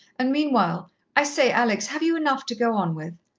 and meanwhile i say, alex, have you enough to go on with?